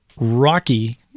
Rocky